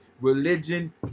Religion